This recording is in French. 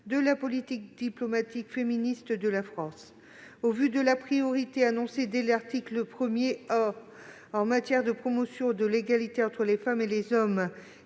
de la politique diplomatique féministe de la France. Au vu de la priorité annoncée dès l'article 1 A en matière de promotion de l'égalité entre les femmes et les hommes